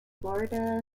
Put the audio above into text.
florida